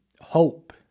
hope